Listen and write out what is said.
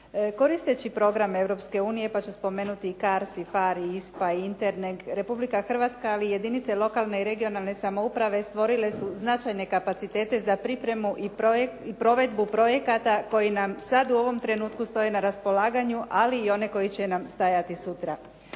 Koristeći programe Europske unije, pa ću spomenuti i CARDS, PHARD, ISPA, INTERNEK, Republika Hrvatska ali i jedinice lokalne i regionalne samouprave stvorile su značajne kapacitete za pripremu i prozebu projekata koji nam sada u ovom trenutku stoje na raspolaganju ali i one koji će nam stajati sutra.